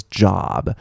job，